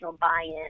buy-in